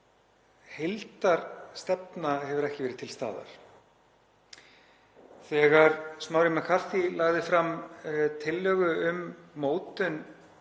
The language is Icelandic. heildarstefna hefur ekki verið til staðar. Þegar Smári McCarthy lagði fram tillögu um mótun